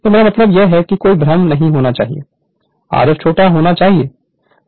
तो मेरा मतलब है कि कोई भ्रम नहीं होना चाहिए Rf छोटा होना चाहिए